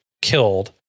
Killed